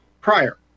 prior